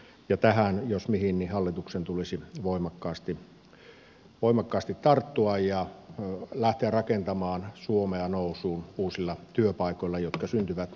tähän jos mihin hallituksen tulisi voimakkaasti tarttua ja lähteä rakentamaan suomea nousuun uusilla työpaikoilla jotka syntyvät pk yrityksiin